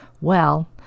Well